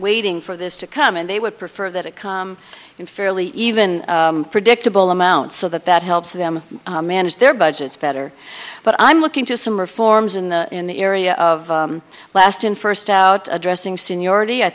waiting for this to come and they would prefer that it come in fairly even predictable amounts so that that helps them manage their budgets better but i'm looking to some reforms in the in the area of last in first out addressing seniority i